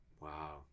Wow